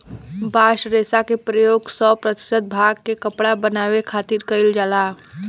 bast रेशा के प्रयोग सौ प्रतिशत भांग के कपड़ा बनावे खातिर कईल जाला